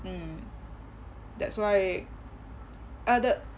mm that's why ah the